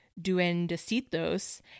duendecitos